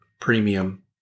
Premium